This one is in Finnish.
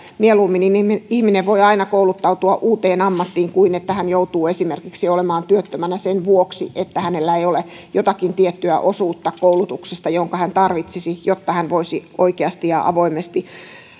mieluummin ihminen voi aina kouluttautua uuteen ammattiin kuin että hän joutuu esimerkiksi olemaan työttömänä sen vuoksi että hänellä ei ole jotakin tiettyä osuutta koulutuksesta jonka hän tarvitsisi jotta hän voisi oikeasti ja avoimesti